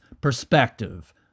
perspective